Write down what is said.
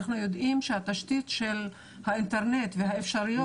אנחנו יודעים שהתשתית של האינטרנט והאפשרויות